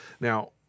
Now